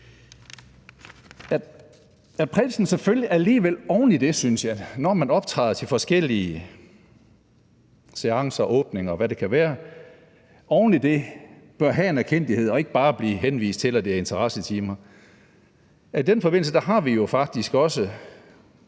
selvfølgelig alligevel oven i det, når han optræder i forskellige seancer, ved åbninger, og hvad det kan være, bør have en erkendtlighed og ikke bare blive henvist til, at det er interessetimer. Og i den forbindelse har vi jo faktisk også